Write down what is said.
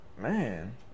Man